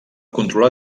controlar